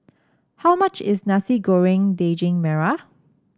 how much is Nasi Goreng Daging Merah